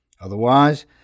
Otherwise